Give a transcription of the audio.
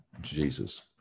Jesus